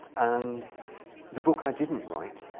and the book i didn't write